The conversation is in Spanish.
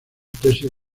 tesis